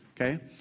Okay